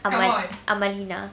ama~ amalina